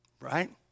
Right